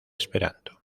esperanto